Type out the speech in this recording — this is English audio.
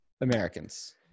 Americans